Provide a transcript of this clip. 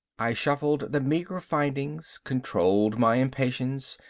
i shuffled the meager findings, controlled my impatience,